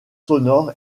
sonore